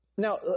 Now